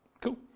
Cool